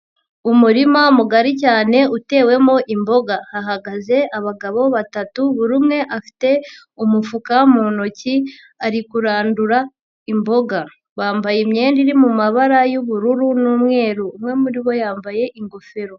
Umurima mugari cyane utewemo imboga. Hahagaze abagabo batatu buri umwe afite umufuka mu ntoki ari kurandura imboga. Bambaye imyenda iri mu mabara y'ubururu n'umweru. Umwe muri bo yambaye ingofero.